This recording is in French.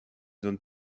zone